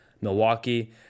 Milwaukee